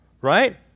right